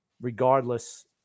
regardless